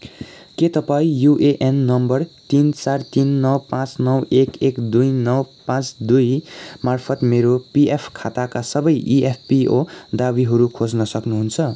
के तपाईँँ U A N number तिन चार तिन नौ पाँच नौ एक एक दुई नौ पाँच दुई मार्फत मेरो पि एफ खाताका सबै ई एफ पी ओ दावीहरू खोज्न सक्नुहुन्छ